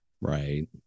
Right